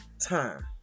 time